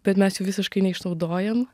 bet mes jų visiškai neišnaudojam